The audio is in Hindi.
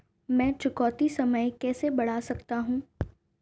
मैं चुकौती समय कैसे बढ़ा सकता हूं?